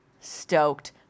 stoked